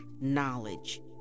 knowledge